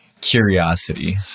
curiosity